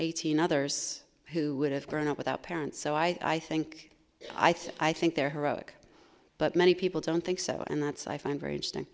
eighteen others who would have grown up without parents so i think i think they're heroic but many people don't think so and that's i find very interesting